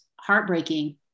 heartbreaking